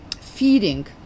feeding